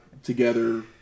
Together